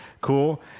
cool